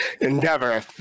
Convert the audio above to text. endeavor